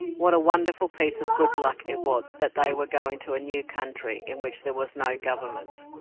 what a wonderful piece of good luck it was that they were going to a new country in which there was no government!